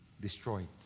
destroyed